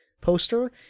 poster